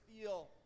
feel